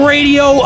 Radio